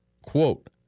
quote